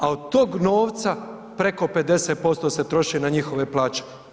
A od tog novca, preko 50% se troši na njihove plaće.